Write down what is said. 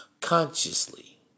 consciously